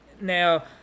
Now